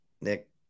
Nick